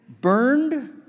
burned